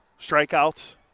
strikeouts